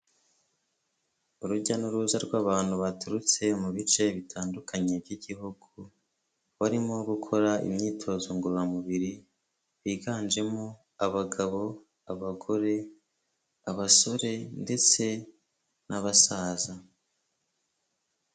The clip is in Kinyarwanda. Urujya n'uruza rw'abantu baturutse mu bice bitandukanye by'igihugu barimo gukora imyitozo ngororamubiri biganjemo abagabo, abagore, abasore ndetse n'abasaza.